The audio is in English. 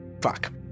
Fuck